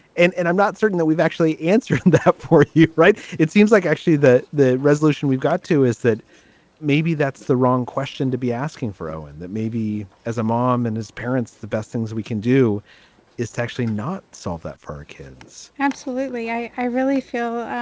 and and i'm not certain that we've actually answered and that for you. right. it seems like, actually, that the resolution we've got, too, is that maybe that's the wrong question to be asking for and that maybe as a mom and as parents, the best things we can do is to actually not solve that for our kids absolutely. i really feel.